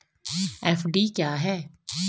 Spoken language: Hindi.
एफ.डी क्या है?